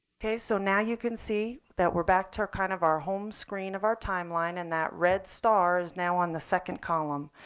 so now you can see that we're back to our kind of our home screen of our time line and that red star's now on the second column.